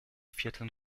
vierten